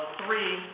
three